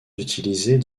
utilisés